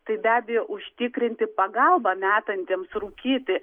tai be abejo užtikrinti pagalbą metantiems rūkyti